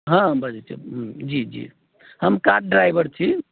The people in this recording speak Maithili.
हँ बजैत छी जी जी हम कार ड्राइभर छी